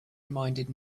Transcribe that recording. reminded